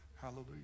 Hallelujah